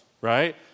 right